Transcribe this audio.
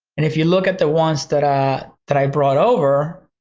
and if you look at the ones that i that i brought over,